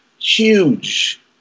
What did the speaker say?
huge